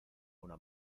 una